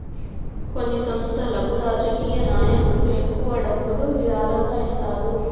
కొన్ని సంస్థలకు రాజకీయ నాయకులు ఎక్కువ డబ్బులు విరాళంగా ఇస్తారు